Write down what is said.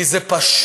כי זה פשוט